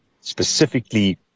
specifically